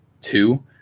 two